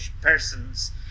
persons